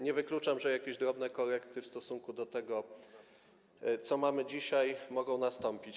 Nie wykluczam więc, że jakieś drobne korekty w stosunku do tego, co mamy dzisiaj, mogą nastąpić.